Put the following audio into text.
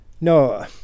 no